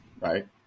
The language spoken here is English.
Right